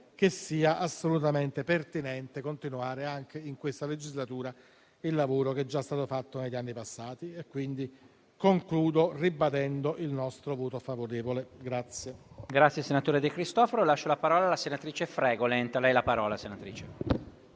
sembra assolutamente pertinente continuare anche in questa legislatura il lavoro che è già stato fatto negli anni passati. Concludo, ribadendo il nostro voto favorevole.